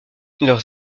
leurs